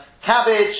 Cabbage